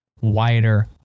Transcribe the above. wider